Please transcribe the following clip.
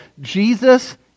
Jesus